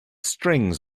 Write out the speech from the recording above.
strings